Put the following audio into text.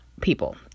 people